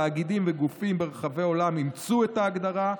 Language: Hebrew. תאגידים וגופים ברחבי העולם אימצו את ההגדרה,